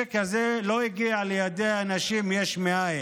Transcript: הנשק הזה לא הגיע לידי האנשים יש מאין.